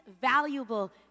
valuable